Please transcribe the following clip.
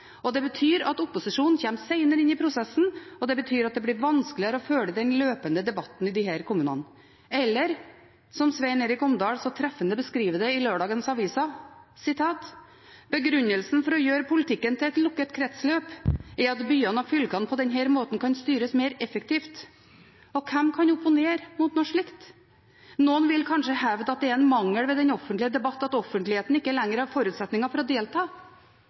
det betyr at opposisjonen kommer senere inn i prosessen, og det betyr at det blir vanskeligere å følge den løpende debatten i disse kommunene. Eller som Sven Egil Omdal så treffende beskriver det i lørdagens aviser: «Begrunnelsen for å gjøre politikken til et lukket kretsløp er at byene og fylkene på denne måten kan styres mer «effektivt».» Hvem kan opponere mot noe slikt? Noen vil kanskje hevde at det er en mangel ved den offentlige debatt at offentligheten ikke lenger har forutsetninger for å delta,